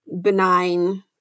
benign